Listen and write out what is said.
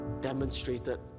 demonstrated